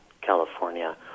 California